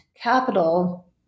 capital